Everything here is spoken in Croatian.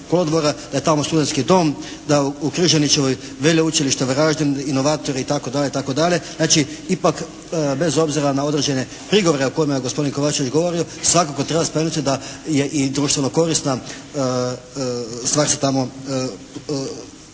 da je tamo studentski dom, da u Križanićevoj Veleučilišta Varaždin, inovator itd. itd. Znači, ipak bez obzira na određene prigovore o kojima je gospodin Kovačević govorio svakako treba spomenuti da je i društveno korisna stvar se tamo stavila.